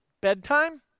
bedtime